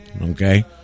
Okay